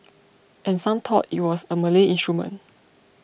and some thought it was a Malay instrument